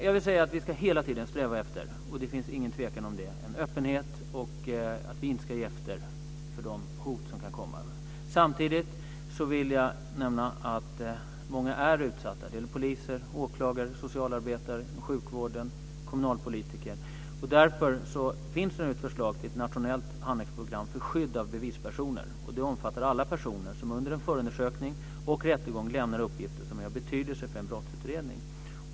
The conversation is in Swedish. Jag vill säga att vi hela tiden ska sträva efter - det finns ingen tvekan om det - en öppenhet, och vi ska inte ge efter för de hot som kan komma. Samtidigt vill jag nämna att många är utsatta. Det gäller poliser, åklagare, socialarbetare, sjukvården och kommunalpolitiker. Därför finns det nu ett förslag till ett nationellt handlingsprogram för skydd av bevispersoner. Det omfattar alla personer som under en förundersökning och rättegång lämnar uppgifter som är av betydelse för en brottsutredning.